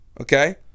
Okay